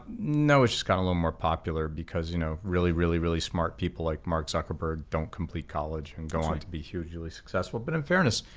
no, it's just gotten a little more popular because you know, really, really, really smart people like mark zuckerberg don't complete college and go on to be hugely successful. but in fairness,